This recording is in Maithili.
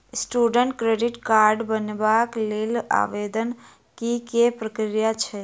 स्टूडेंट क्रेडिट कार्ड बनेबाक लेल आवेदन केँ की प्रक्रिया छै?